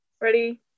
Ready